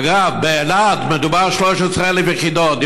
אגב, באילת מדובר על 13,000 יחידות.